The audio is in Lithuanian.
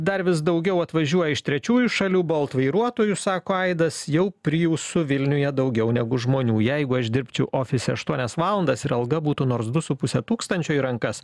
dar vis daugiau atvažiuoja iš trečiųjų šalių bolt vairuotojų sako aidas jau priusų vilniuje daugiau negu žmonių jeigu aš dirbčiau ofise aštuonias valandas ir alga būtų nors du su puse tūkstančio į rankas